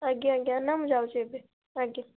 ଆଜ୍ଞା ଆଜ୍ଞା ନା ମୁଁ ଯାଉଛି ଏବେ ଆଜ୍ଞା